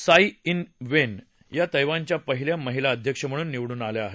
Sai Ing Wen या तैवानच्या पहिल्या महिला अध्यक्ष म्हणून निवडून आल्या आहेत